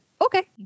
okay